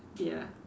ya